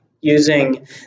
using